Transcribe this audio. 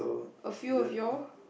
a few of you all